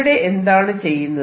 ഇവിടെ എന്താണ് ചെയ്യുന്നത്